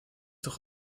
doch